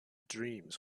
dreams